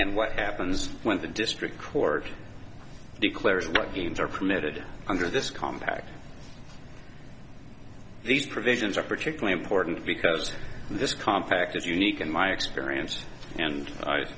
and what happens when the district court declares what genes are permitted under this compact these provisions are particularly important because this compact is unique in my experience and i